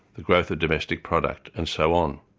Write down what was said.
the growth of domestic product and so on.